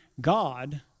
God